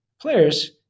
players